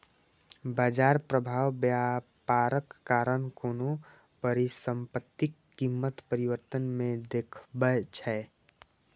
बाजार प्रभाव व्यापारक कारण कोनो परिसंपत्तिक कीमत परिवर्तन मे देखबै छै